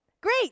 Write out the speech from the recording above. Great